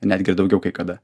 netgi ir daugiau kai kada